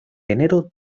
enero